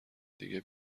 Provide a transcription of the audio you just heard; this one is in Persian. دیگه